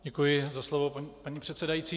Děkuji za slovo, paní předsedající.